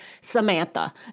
Samantha